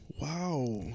Wow